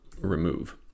Remove